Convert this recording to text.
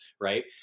Right